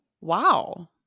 Wow